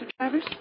Travers